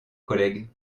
collègues